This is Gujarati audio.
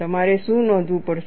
તમારે શું નોંધવું પડશે